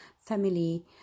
family